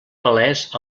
palès